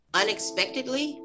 unexpectedly